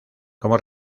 como